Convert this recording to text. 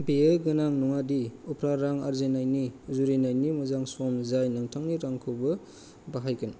बेयो गोनां नङा दि उफ्रा रां आर्जिनायनि जुरिनायनि मोजां सम जाय नोंथांनि रांखौबो बाहायगोन